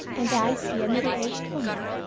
and i see a middle-aged woman,